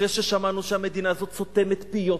אחרי ששמענו שהמדינה הזאת סותמת פיות,